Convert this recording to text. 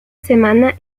semana